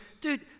Dude